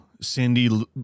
Cindy